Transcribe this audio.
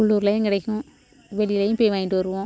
உள்ளூர்லேயும் கிடைக்கும் வெளிலேயும் போய் வாங்கிட்டு வருவோம்